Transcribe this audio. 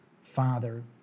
Father